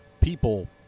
people